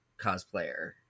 cosplayer